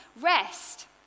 rest